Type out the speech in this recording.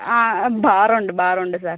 ആ ബാറുണ്ട് ബാറുണ്ട് സർ